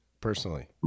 personally